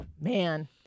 Man